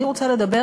אני רוצה לדבר